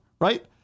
right